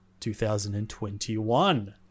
2021